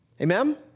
Amen